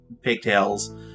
pigtails